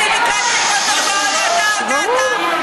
אין לך זכות לנהל דיונים בצורה כזאת.